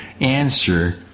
answer